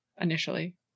initially